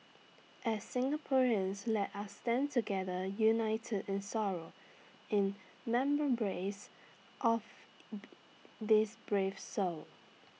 as Singaporeans let us stand together united in sorrow in of these brave souls